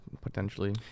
potentially